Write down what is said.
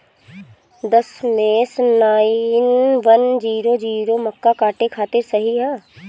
दशमेश nine one zero zero मक्का काटे खातिर सही ह?